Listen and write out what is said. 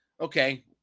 Okay